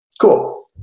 Cool